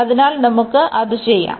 അതിനാൽ നമുക്ക് അത് ചെയ്യാം